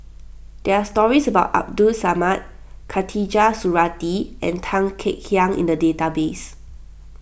there are stories about Abdul Samad Khatijah Surattee and Tan Kek Hiang in the database